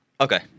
okay